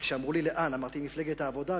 וכשאמרו לי לאן ואמרתי למפלגת העבודה,